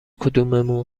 کدوممون